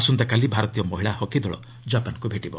ଆସନ୍ତାକାଲି ଭାରତୀୟ ମହିଳା ହକି ଦଳ ଜାପାନ୍କୁ ଭେଟିବ